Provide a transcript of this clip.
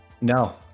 No